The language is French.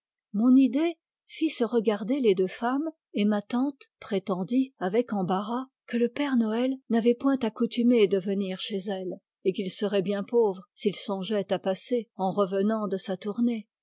mon idée fit se regarder les deux femmes et ma tante prétendit avec embarras que le père noël n'avait point accoutumé de venir chez elle et qu'il serait bien pauvre s'il songeait à passer ri revenant de sa tournée